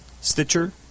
Stitcher